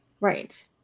Right